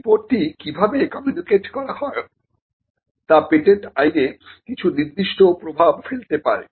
রিপোর্টটি কিভাবে কমিউনিকেট করা হয় তা পেটেন্ট আইনে কিছু নির্দিষ্ট প্রভাব ফেলতে পারে